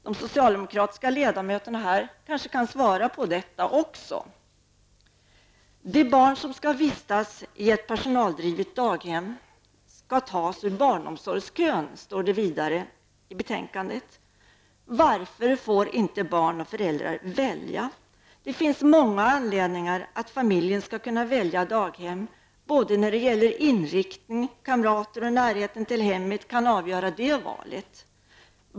De socialdemokratiska ledamöterna här kanske kan svara på även detta. De barn som skall vistas i ett personaldrivet daghem skall tas ur barnomsorgskön, står det vidare i betänkandet. Varför får inte barn och föräldrar välja? Det finns många anledningar till att familjen skall kunna välja daghem. Daghemmets inriktning, barnens kamrater och närheten till hemmet kan avgöra valet.